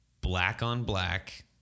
black-on-black